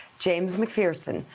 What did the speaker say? james mcpherson,